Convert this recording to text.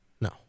No